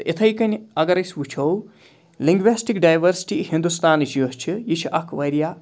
تہٕ اِتھَے کٔنۍ اَگر أسۍ وٕچھو لِنٛگوٮ۪سٹِک ڈایؤرسِٹی ہِندُستانٕچ یۄس چھِ یہِ چھِ اَکھ واریاہ